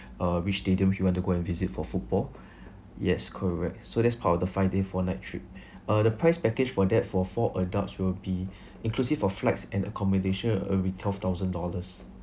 uh which stadiums you want to go and visit for football yes correct so that's part of the five day four night trip uh the price package for that for four adults will be inclusive of flights and accommodation it will be twelve thousand dollars